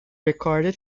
recorded